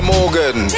Morgan